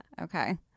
Okay